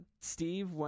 Steve